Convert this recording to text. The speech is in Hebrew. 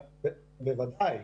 בוודאי.